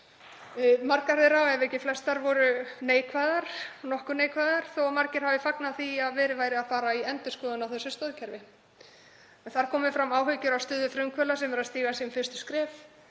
Margar þeirra, ef ekki flestar, voru nokkuð neikvæðar þó að margir hafi fagnað því að verið væri að fara í endurskoðun á þessu stoðkerfi. Þar komu fram áhyggjur af stöðu frumkvöðla sem eru að stíga sín fyrstu skref,